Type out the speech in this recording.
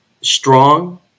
strong